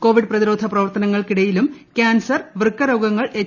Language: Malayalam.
കോവിഡ് പ്രതിരോധ പ്രവർത്തനങ്ങൾക്കിടയിലും കൃാൻസർ വൃക്ക രോഗങ്ങൾ എച്ച്